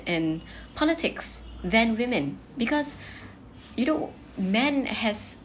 and politics then women because you know man has